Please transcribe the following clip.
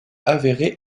avéré